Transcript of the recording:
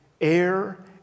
air